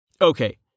Okay